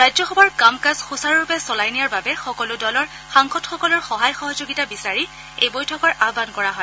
ৰাজ্যসভাৰ কাম কাজ সুচাৰুৰূপে চলাই নিয়াৰ বাবে সকলো দলৰ সাংসদসকলৰ সহায় সহযোগিতা বিচাৰি এই বৈঠকৰ আহান কৰা হয়